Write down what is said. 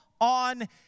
on